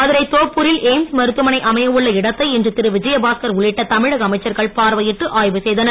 மதுரை தோப்பூரில் எய்ம்ஸ் மருத்துவமனை அமைய உள்ள இடத்தை இன்று திரு விஜயபாஸ்கர் உள்ளிட்ட தமிழக அமைச்சர்கள் பார்வையிட்டு ஆய்வு செய்தனர்